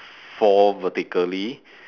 four vertically